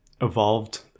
evolved